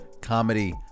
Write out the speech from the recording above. comedy